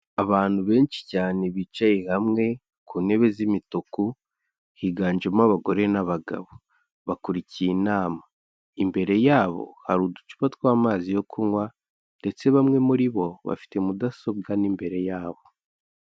Abantu benshi cyane bicaye hamwe ku ntebe z'imituku higanjemo abagore n'abagabo, bakurikiye inama, imbere yabo hari uducupa tw,amazi yo kunywa ndetse bamwe muri bo bafite mudasobwa n'imbere yabo.